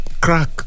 crack